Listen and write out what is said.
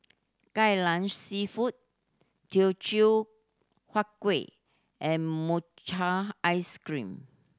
Kai Lan Seafood Teochew Huat Kueh and mochi ice cream